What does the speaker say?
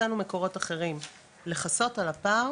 מצאנו מקורות אחרים לכסות על הפער